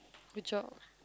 good job